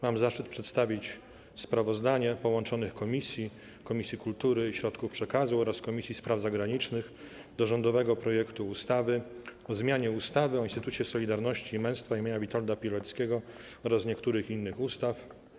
Mam zaszczyt przedstawić sprawozdanie połączonych komisji, Komisji Kultury i Środków Przekazu oraz Komisji Spraw Zagranicznych, o rządowym projekcie ustawy o zmianie ustawy o Instytucie Solidarności i Męstwa imienia Witolda Pileckiego oraz niektórych innych ustaw.